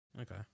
Okay